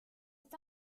est